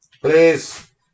Please